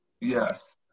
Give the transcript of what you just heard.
Yes